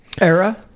era